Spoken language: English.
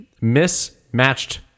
mismatched